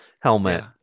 helmet